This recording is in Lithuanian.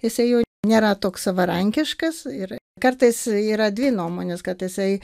jisai jau nėra toks savarankiškas ir kartais yra dvi nuomonės kad jisai